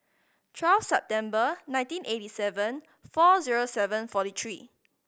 twelve September nineteen eighty seven four zero seven forty three